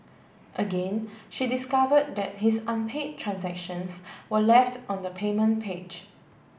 again she discover that his unpaid transactions were left on the payment page